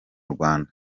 rwanda